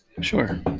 Sure